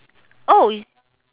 oh it's